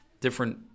different